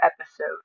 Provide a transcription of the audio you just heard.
episode